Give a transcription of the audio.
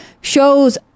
shows